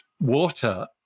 water